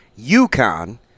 UConn